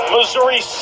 Missouri